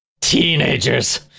Teenagers